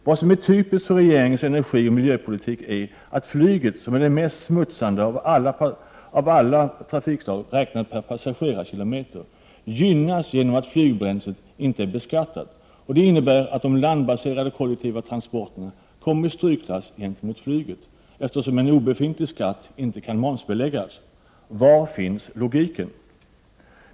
Vad som är typiskt för regeringens energioch miljöpolitik är att flyget, som är det trafikslag som smutsar ner mest per passagerarkilometer, gynnas genom att flygbränslet inte är beskattat. Det innebär att de landbaserade kollektiva transporterna kommer i strykklass gentemot flyget, eftersom en obefintlig skatt inte kan momsbeläggas. Var finns logiken?